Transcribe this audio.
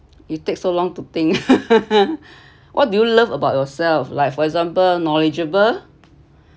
you takes so long to think what do you love about yourself like for example knowledgeable